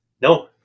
No